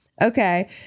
Okay